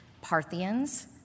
Parthians